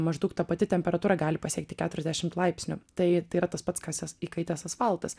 maždaug ta pati temperatūra gali pasiekti keturiasdešimt laipsnių tai yra tas pats kas įkaitęs asfaltas